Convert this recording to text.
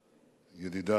ידידי,